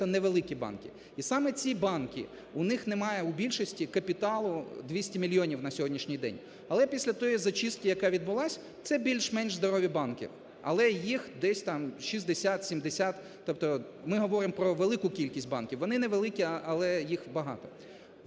невеликі банки. І саме ці банки у них немає у більшості капіталу 200 мільйонів на сьогоднішній день. Але після тої зачистки, яка відбулась, це більш-менш здорові банки, але їх десь там 60-70. Тобто ми говоримо про велику кількість банків, вони невеликі, але їх багато.